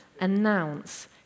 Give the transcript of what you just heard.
announce